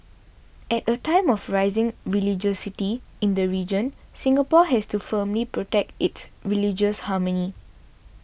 at a time of rising religiosity in the region Singapore has to firmly protect its religious harmony